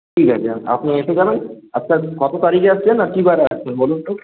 ঠিক আছে আপনি এসে জানান আপনার কত তারিখে আসছেন আর কী বারে আসছেন বলুন তো